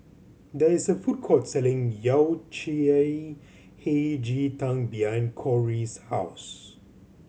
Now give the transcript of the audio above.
there is a food court selling Yao Cai Hei Ji Tang behind Kori's house